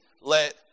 let